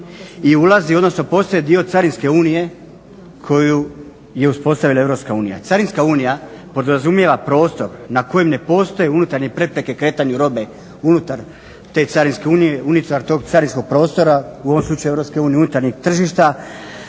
i ulazi, odnosno postaje dio Carinske unije koju je uspostavila EU. Carinska unija podrazumijeva prostor na kojem ne postoje unutarnje prepreke kretanju robe unutar te Carinske unije, unutar tog carinskog prostora, u ovom slučaju EU unutarnjeg tržišta,